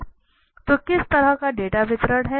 तो किस तरह का डेटा वितरण है